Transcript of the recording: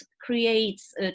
creates